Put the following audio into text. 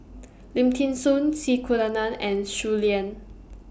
Lim Thean Soo C Kunalan and Shui Lan